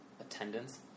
Attendance